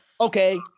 Okay